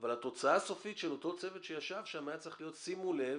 אבל התוצאה הסופית של אותו צוות שישב שם הייתה צריכה להיות "שימו לב,